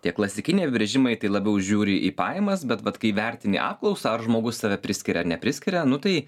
tie klasikiniai apibrėžimai tai labiau žiūri į pajamas bet vat kai vertini apklausą ar žmogus save priskiria ar nepriskiria nu tai